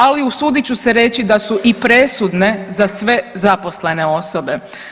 Ali usudit ću se reći da su i presudne za sve zaposlene osobe.